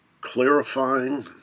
clarifying